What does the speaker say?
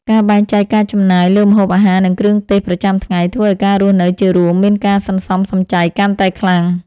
ការបែងចែកការចំណាយលើម្ហូបអាហារនិងគ្រឿងទេសប្រចាំថ្ងៃធ្វើឱ្យការរស់នៅជារួមមានការសន្សំសំចៃកាន់តែខ្លាំង។